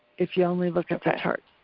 if you only look at the charts.